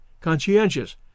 conscientious